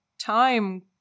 time